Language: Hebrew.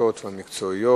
המפורטות והמקצועיות.